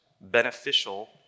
beneficial